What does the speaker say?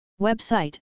Website